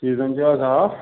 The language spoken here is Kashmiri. سیٖزَن چھُ اَز آف